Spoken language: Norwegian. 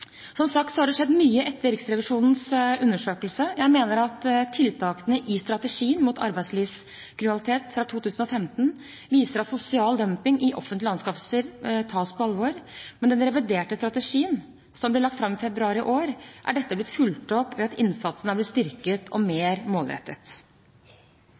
Som sagt har det skjedd mye etter Riksrevisjonens undersøkelse. Jeg mener at tiltakene i strategien mot arbeidslivskriminalitet fra 2015 viser at sosial dumping i offentlige anskaffelser tas på alvor. Med den reviderte strategien som ble lagt fram i februar i år, er dette blitt fulgt opp ved at innsatsen er blitt styrket og